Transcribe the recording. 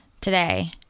today